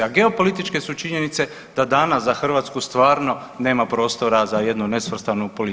A geopolitičke su činjenice da danas za Hrvatsku stvarno nema prostora za jednu nesvrstanu politiku.